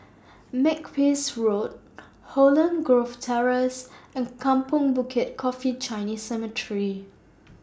Makepeace Road Holland Grove Terrace and Kampong Bukit Coffee Chinese Cemetery